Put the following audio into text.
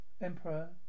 Emperor